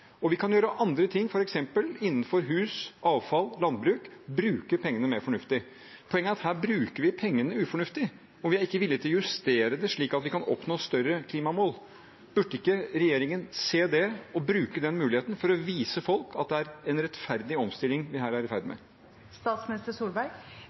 Og vi kan gjøre andre ting, f.eks. innenfor hus, avfall, landbruk – bruke pengene mer fornuftig. Poenget er at her bruker vi pengene ufornuftig, og vi er ikke villig til å justere det slik at vi kan oppnå større klimamål. Burde ikke regjeringen se det og bruke den muligheten for å vise folk at det er en rettferdig omstilling vi her er i ferd